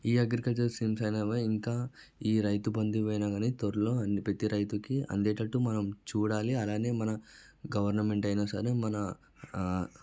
ఈ అగ్రికల్చర్స్ ఇంకా ఈ రైతుబందువైనా కానీ త్వరలో అన్నీ ప్రతీ రైతుకి అందేటట్టు మనం చూడాలి అలానే మన గవర్నమెంట్ అయినా సరే మన